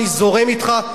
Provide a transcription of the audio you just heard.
אני זורם אתך,